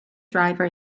driver